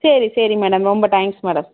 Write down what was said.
சரி சரி மேடம் ரொம்ப தேங்க்ஸ் மேடம்